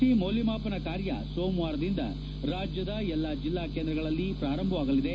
C ಮೌಲ್ಯಮಾಪನ ಕಾರ್ಯ ಸೋಮವಾರದಿಂದ ರಾಜ್ಯದ ಎಲ್ಲ ಜೆಲ್ಲಾ ಕೇಂದ್ರಗಳಲ್ಲಿ ಪ್ರಾರಂಭವಾಗಲಿದೆ